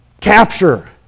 capture